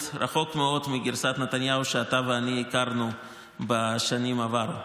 רחוק מאוד מנתניהו שאתה ואני הכרנו בשנים עברו.